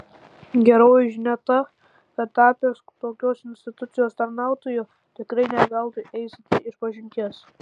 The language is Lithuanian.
geroji žinia ta kad tapęs tokios institucijos tarnautoju tikrai ne veltui eisite išpažinties